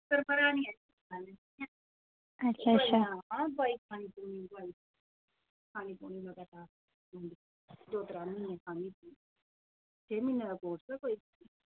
अच्छा अच्छा